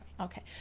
Okay